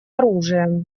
оружием